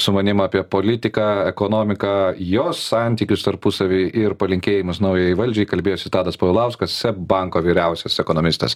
su manim apie politiką ekonomiką jos santykius tarpusavy ir palinkėjimus naujai valdžiai kalbėjosi tadas povilauskas seb banko vyriausias ekonomistas